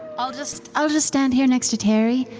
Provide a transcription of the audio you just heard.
i'll just i'll just stand here next to tary,